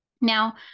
Now